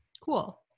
Cool